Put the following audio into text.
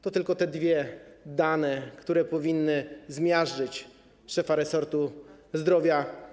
To tylko dwie dane, które powinny zmiażdżyć szefa resortu zdrowia.